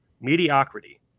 mediocrity